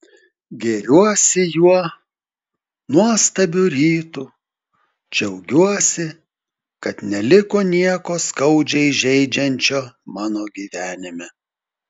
gėriuosi juo nuostabiu rytu džiaugiuosi kad neliko nieko skaudžiai žeidžiančio mano gyvenime